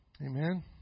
Amen